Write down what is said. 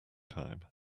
time